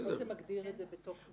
לפחות זה מגדיר את זה בתוך זה.